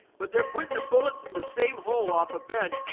but they're putting the bullets in the same hole off a bench.